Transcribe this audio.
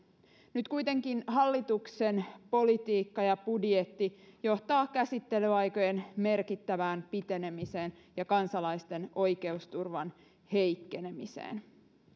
nyt kuitenkin hallituksen politiikka ja budjetti johtavat käsittelyaikojen merkittävään pitenemiseen ja kansalaisten oikeusturvan heikkenemiseen